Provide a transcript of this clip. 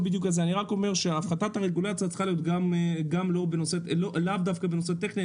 -- הפחתתה הרגולציה לאו דווקא בנושא טכני,